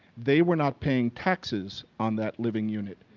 they were not paying taxes on that living unit.